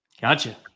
Gotcha